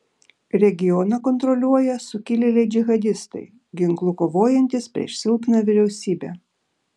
regioną kontroliuoja sukilėliai džihadistai ginklu kovojantys prieš silpną vyriausybę